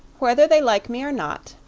whether they like me or not,